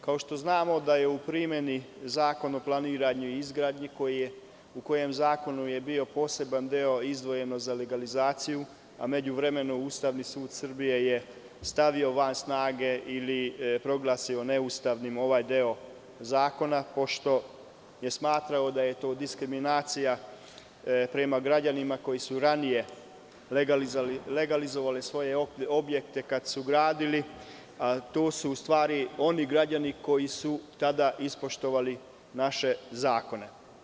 Kao što znamo da je u primeni Zakon o planiranju i izgradnji, u kojem je bio poseban deo izdvojen za legalizaciju, a u međuvremenu Ustavni sud Srbije je stavio van snage ili proglasio neustavnim ovaj deo zakona, pošto je smatrao da je to diskriminacija prema građanima koji su ranije legalizovali svoje objekte kadsu gradili, tu su u stvari, oni građani koji su tada ispoštovali naše zakone.